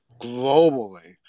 globally